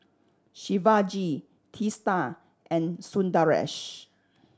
Shivaji Teesta and Sundaresh